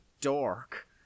dork